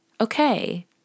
okay